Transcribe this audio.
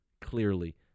clearly